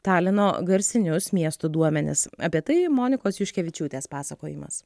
talino garsinius miestų duomenis apie tai monikos juškevičiūtės pasakojimas